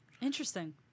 Interesting